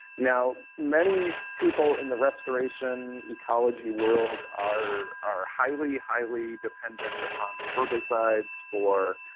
now many people in the restoration ecology world are are highly, highly dependent upon herbicides for